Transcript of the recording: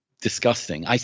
disgusting